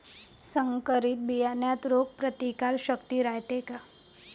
संकरित बियान्यात रोग प्रतिकारशक्ती रायते का?